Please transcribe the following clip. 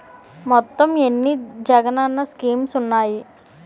మొత్తం ఎన్ని జగనన్న స్కీమ్స్ ఉన్నాయి?